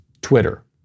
Twitter